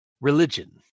religion